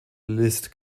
liszt